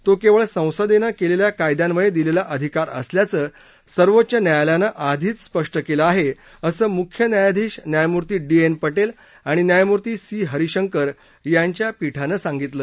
तो केवळ संसदेनं केलेल्या कायद्यान्वये दिलेला अधिकार असल्याचं सर्वोच्च न्यायालयानं आधीच स्पष्ट केलं आहे असं मुख्य न्यायाधीश न्यायमूर्ती डी एन पटेल आणि न्यायमूर्ती सी हरिशंकर यांच्या पीठानं सांगितलं